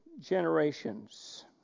generations